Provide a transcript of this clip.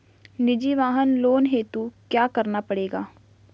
निजी वाहन लोन हेतु क्या करना पड़ेगा?